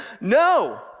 No